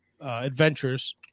adventures